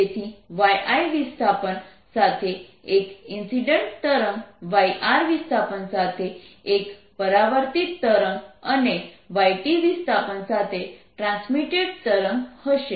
તેથી yI વિસ્થાપન સાથે એક ઇન્સિડન્ટ તરંગ yR વિસ્થાપન સાથે એક પરાવર્તિત તરંગ અને yT વિસ્થાપન સાથે ટ્રાન્સમિટેડ તરંગ હશે